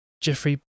jeffrey